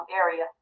area